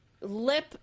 lip